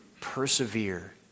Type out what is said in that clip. Persevere